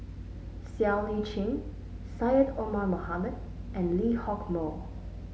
Siow Lee Chin Syed Omar Mohamed and Lee Hock Moh